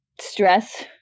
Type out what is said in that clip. stress